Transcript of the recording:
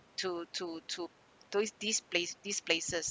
to to to towards these place these places